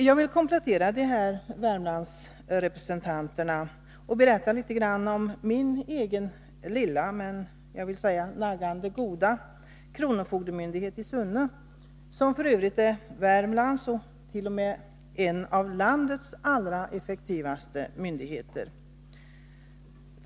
Jag vill komplettera Värmlandsrepresentanternas inlägg och berätta litet om min egen lilla, men, vill jag säga, naggande goda kronofogdemyndighet i Sunne, som f. ö. är Värmlands och t.o.m. en av landets allra effektivaste myndigheter.